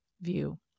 view